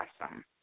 awesome